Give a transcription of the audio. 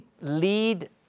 lead